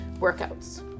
workouts